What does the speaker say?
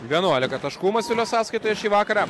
vienuolika taškų masiulio sąskaitoje šį vakarą